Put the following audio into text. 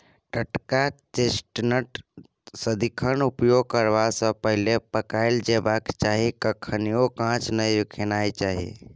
टटका चेस्टनट सदिखन उपयोग करबा सँ पहिले पकाएल जेबाक चाही कखनहुँ कांच नहि खेनाइ चाही